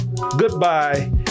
Goodbye